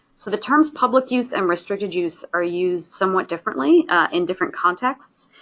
so the terms public-use and restricted-use are used somewhat differently in different contexts.